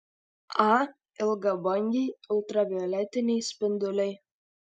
a ilgabangiai ultravioletiniai spinduliai